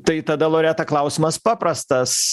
tai tada loreta klausimas paprastas